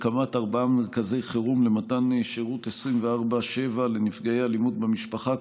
הקמת ארבעה מרכזי חירום למתן שירות 24/7 לנפגעי אלימות במשפחה,